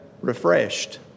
refreshed